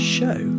Show